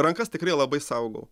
rankas tikrai labai saugau